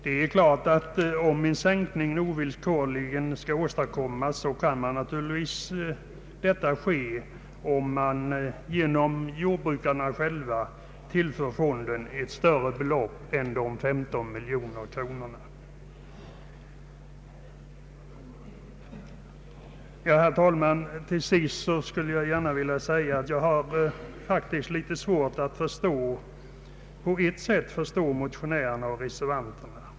Det är klart att om en sänkning ovillkorligen skall åstadkom mas, kan detta naturligtvis ske, om jordbrukarna själva tillför fonden ett större belopp än de 15 miljoner kronor som nu satsas. Herr talman! Till sist skulle jag vilja säga att jag faktiskt har litet svårt att på ett sätt förstå motionärerna och reservanterna.